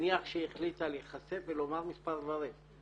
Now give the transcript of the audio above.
נניח שהיא החליטה להיחשף ולומר מספר דברים,